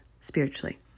spiritually